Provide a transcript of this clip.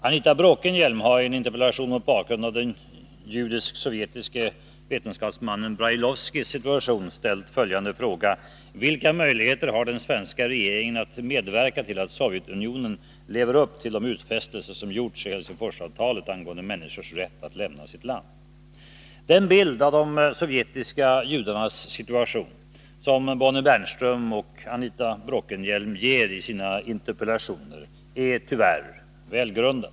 Anita Bråkenhielm har i en interpellation mot bakgrund av den judisk-sovjetiske vetenskapsmannen Viktor Brailovskijs situation ställt följande fråga: Vilka möjligheter har den svenska regeringen att medverka till att Sovjetunionen lever upp till de utfästelser som gjorts i Helsingforsavtalet Den bild av de sovjetiska judarnas situation som Bonnie Bernström och Tisdagen den Anita Bråkenhielm ger i sina interpellationer är tyvärr välgrundad.